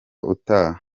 utaha